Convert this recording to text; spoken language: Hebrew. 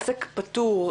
עסק פטור,